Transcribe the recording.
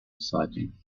exciting